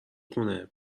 خونه